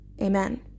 Amen